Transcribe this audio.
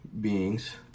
beings